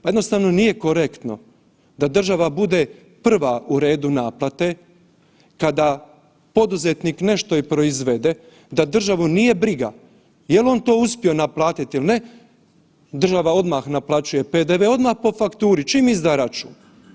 Pa jednostavno nije korektno da država bude prva u redu naplate kada poduzetnik nešto i proizvode da državu nije briga jel to on uspio naplatiti ili ne, država odmah naplaćuje PDV odmah po fakturi, čim izdaje računa.